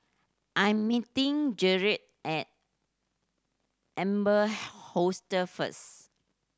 I am meeting Jerrad at Amber Hostel first